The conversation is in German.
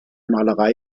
malerei